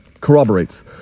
corroborates